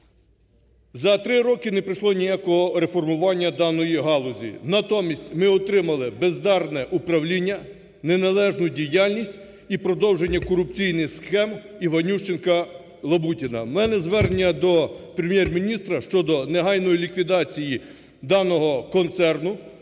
За 3 роки не пройшло ніякого реформування даної галузі. Натомість ми отримали бездарне управління, неналежну діяльність і продовження корупційних схем Іванющенка-Лабутіна. У мене звернення до Прем'єр-міністра щодо негайної ліквідації даного концерну,